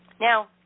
Now